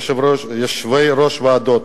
ויושבי-ראש ועדות,